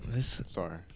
Sorry